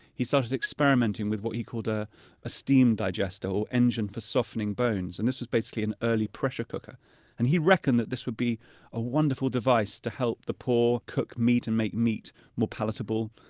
he started experimenting with what he called ah a steam digester or engine for softening bones. and this was basically an early pressure cooker and he reckoned that this would be a wonderful device to help the poor cook meat and make meat more palatable.